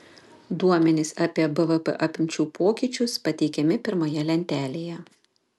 duomenys apie bvp apimčių pokyčius pateikiami pirmoje lentelėje